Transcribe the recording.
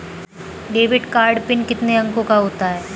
Debit card PIN कितने अंकों का होता है?